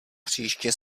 příště